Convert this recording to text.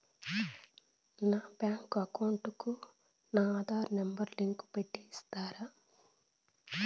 నా bank account కు నా ఆధార్ నెంబర్ లింకు పెట్టి ఇస్తారా?